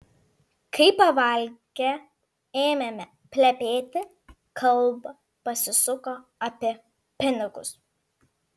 kai pavalgę ėmėme plepėti kalba pasisuko apie pinigus